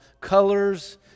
colors